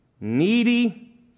needy